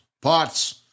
pots